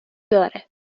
داره